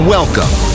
Welcome